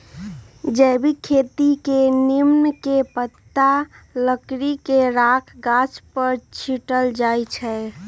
जैविक खेती में नीम के पत्ता, लकड़ी के राख गाछ पर छिट्ल जाइ छै